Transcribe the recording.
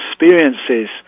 experiences